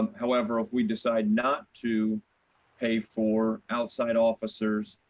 however if we decide not to pay for outside officers,